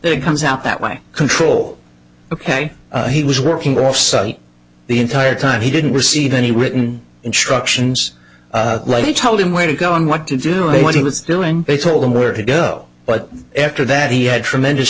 it comes out that way control ok he was working off site the entire time he didn't receive any written instructions like he told him where to go and what to do what he was doing they told him where to go but after that he had tremendous